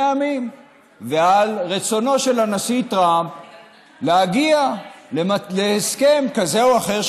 עמים ועל רצונו של הנשיא טראמפ להגיע להסכם כזה או אחר,